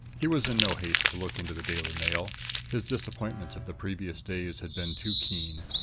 he was in no haste to look into the daily mail his disappointments of the previous days had been too keen.